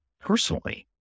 personally